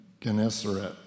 Gennesaret